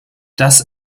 das